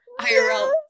IRL